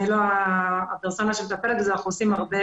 אני לא הפרסונה שמטפלת בזה אבל אנחנו עושים הרבה.